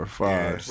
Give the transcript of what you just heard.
five